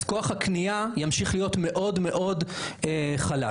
אז כוח הקנייה ימשיך להיות מאוד מאוד חלש.